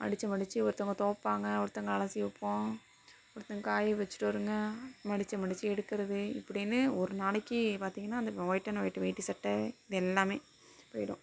மடித்து மடித்து ஒருத்தவங்கள் துவப்பாங்க ஒருத்தவங்கள் அலசி வைப்போம் ஒருத்தவங்கள்காய வச்சிட்டு வருங்க மடித்து மடித்து எடுக்கிறது இப்படின்னு ஒரு நாளைக்கு பார்த்திங்கன்னா அந்த ஒயிட் அண்ட் ஒயிட் வேட்டி சட்டை இது எல்லாமே போயிடும்